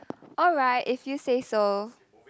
alright if you say so